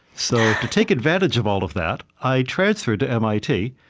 so to take advantage of all of that, i transferred to mit.